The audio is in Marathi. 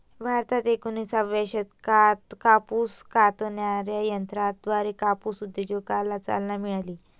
भारतात एकोणिसाव्या शतकात कापूस कातणाऱ्या यंत्राद्वारे कापूस उद्योगाला चालना मिळाली